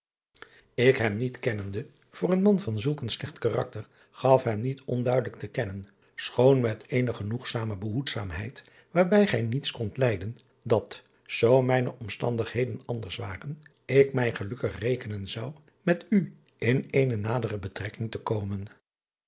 k hem niet kennende voor een man van zulk een slecht karakter gaf hem niet onduidelijk te kennen schoon met eene genoegzame behoedzaamheid waarbij gij niets kondt lijden dat zoo mijne omstandigheden anders waren ik mij gelukkig rekenen zou met u in eene nadere betrekking te komen